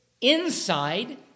inside